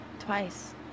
Twice